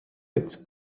its